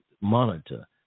monitor